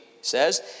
says